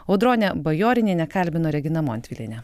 audronę bajorinienę kalbino regina montvilienė